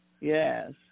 Yes